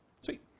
Sweet